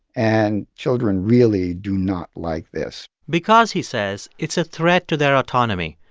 and children really do not like this because, he says, it's a threat to their autonomy.